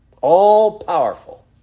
all-powerful